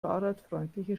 fahrradfreundliche